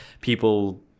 people